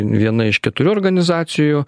viena iš keturių organizacijų